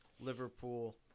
Liverpool